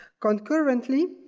concurrently,